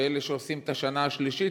שאלה שעושים את השנה השלישית,